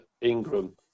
ingram